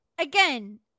Again